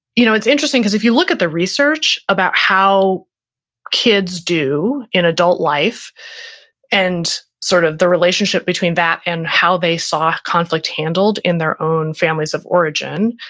you know it's interesting because if you look at the research about how kids do in adult life and sort of the relationship between that and how they saw conflict handled in their own families of origin,